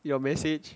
your message